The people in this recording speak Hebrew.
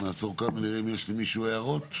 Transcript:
נעצור כאן, נראה אם יש למישהו הערות.